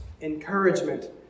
encouragement